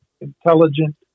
intelligent